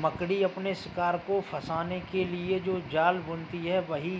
मकड़ी अपने शिकार को फंसाने के लिए जो जाल बुनती है वही